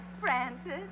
Francis